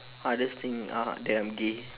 hardest thing uh that I am gay